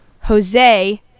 Jose